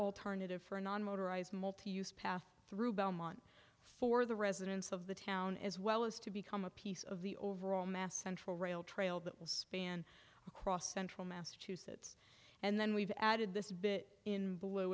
alternative for a non motorized to use path through belmont for the residents of the town as well as to become a piece of the overall mass central rail trail that will span across central massachusetts and then we've added this bit in blue